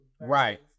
Right